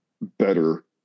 better